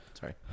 Sorry